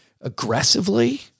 aggressively